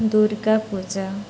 Durga Puja